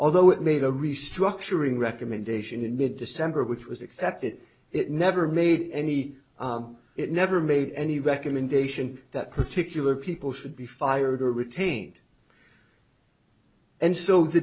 although it made a restructuring recommendation in mid december which was except that it never made any it never made any recommendation that particular people should be fired or retained and so the